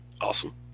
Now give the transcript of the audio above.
Awesome